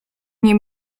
nie